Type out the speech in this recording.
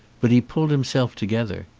but he pulled himself together.